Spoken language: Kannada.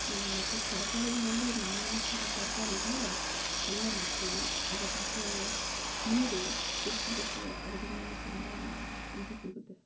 ಮತ್ತು ತರ್ಕಾರಿಗ್ಳಲ್ಲಿ ನಾನಾ ಥರ ತರ್ಕಾರಿಗ್ಳು ಪಲ್ಯ ಮಾಡ್ತಿವಿ ಅದರದ್ದೂ ನೀರು ಕುದಿಸ್ಬಿಟ್ಟು ಅದರಿಂದ ತುಂಬ ಇದು ಸಿಗುತ್ತೆ